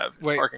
Wait